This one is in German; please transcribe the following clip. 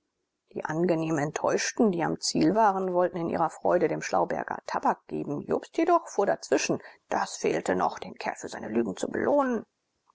die angenehm enttäuschten die am ziele waren wollten in ihrer freude dem schlauberger tabak geben jobst jedoch fuhr dazwischen das fehlte noch den kerl für seine lügen zu belohnen